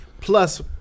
Plus